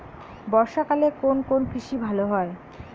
বর্ষা কালে কোন কোন কৃষি ভালো হয়?